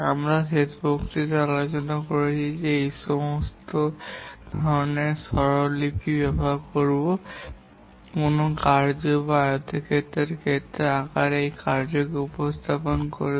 আমরা শেষ বক্তৃতায় আলোচনা করেছি যে আমরা এই ধরণের স্বরলিপি ব্যবহার করব কারণ কোনও কার্য একটি আয়তক্ষেত্রের আকারে কোনও কার্যকে উপস্থাপন করবে